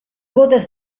bodes